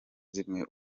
zimwe